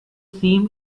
seam